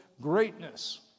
greatness